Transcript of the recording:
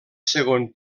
segon